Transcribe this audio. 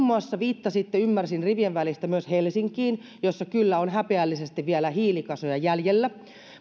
muassa viittasitte ymmärsin rivien välistä myös helsinkiin jossa kyllä on häpeällisesti vielä hiilikasoja jäljellä